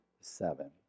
seven